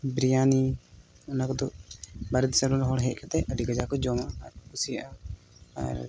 ᱵᱤᱨᱤᱭᱟᱱᱤ ᱚᱱᱟ ᱠᱚᱫᱚ ᱵᱟᱦᱨᱮ ᱫᱤᱥᱚᱢ ᱨᱮᱱ ᱦᱚᱲ ᱦᱮᱡ ᱠᱟᱛᱮᱫ ᱟᱹᱰᱤ ᱠᱟᱡᱟᱠ ᱠᱚ ᱡᱚᱢᱟ ᱟᱨ ᱠᱩᱥᱤᱭᱟᱜᱼᱟ ᱟᱨ